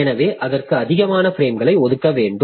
எனவே அதற்கு அதிகமான பிரேம்களை ஒதுக்க வேண்டும்